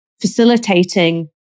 facilitating